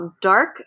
dark